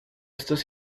estos